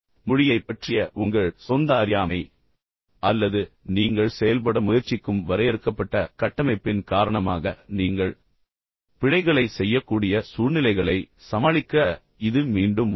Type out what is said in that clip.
எனவே மொழியைப் பற்றிய உங்கள் சொந்த அறியாமை அல்லது நீங்கள் செயல்பட முயற்சிக்கும் வரையறுக்கப்பட்ட கட்டமைப்பின் காரணமாக நீங்கள் பிழைகளைச் செய்யக்கூடிய சூழ்நிலைகளை சமாளிக்க இது மீண்டும் உதவும்